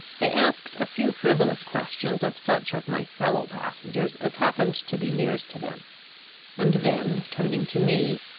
they asked a few frivolous questions of such of my fellow passengers as happened to be nearest to them and then, turning to me,